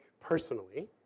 personally